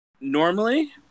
normally